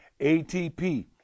ATP